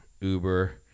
Uber